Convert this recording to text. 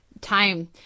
time